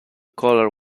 collar